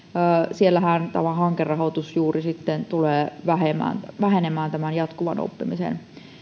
siellähän juuri tämä hankerahoitus sitten tulee vähenemään tämän jatkuvan oppimisen